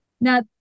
Now